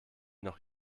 noch